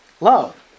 love